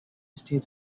stay